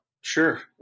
Sure